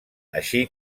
així